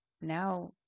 Now